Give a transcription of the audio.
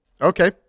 Okay